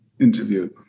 interview